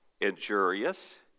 injurious